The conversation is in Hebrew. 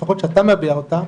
לפחות כמו שאתה מביע אותה,